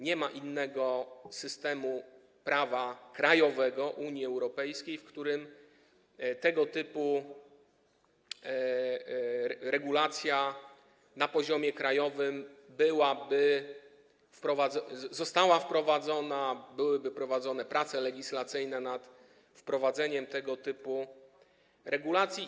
Nie ma takiego innego systemu prawa krajowego w Unii Europejskiej, w którym tego typu regulacja na poziomie krajowym zostałaby wprowadzona, w którym byłyby prowadzone prace legislacyjne nad wprowadzeniem tego typu regulacji.